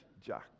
Jack